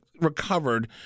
recovered